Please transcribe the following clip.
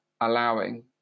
allowing